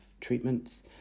treatments